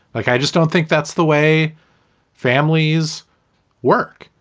like, i just don't think that's the way families work.